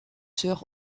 sœur